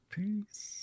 Peace